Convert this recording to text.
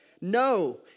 No